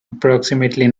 approximately